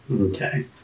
Okay